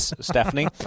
Stephanie